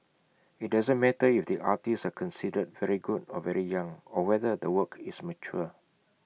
IT doesn't matter if the artists are considered very good or very young or whether the work is mature